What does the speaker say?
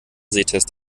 sehtest